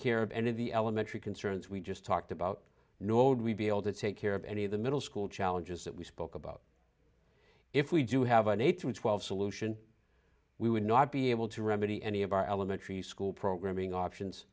care of any of the elementary concerns we just talked about nor would we be able to take care of any of the middle school challenges that we spoke about if we do have an eight through twelve solution we would not be able to remedy any of our elementary school programming options